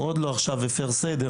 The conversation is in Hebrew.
הוא עדיין לא הפר סדר,